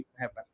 happen